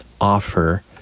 offer